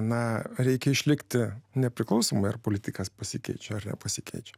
na reikia išlikti nepriklausomai ar politikas pasikeičia ar nepasikeičia